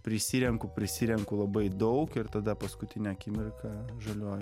prisirenku prisirenku labai daug ir tada paskutinę akimirką žaliuoju